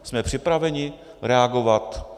Jsme připraveni reagovat?